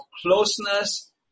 closeness